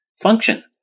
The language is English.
function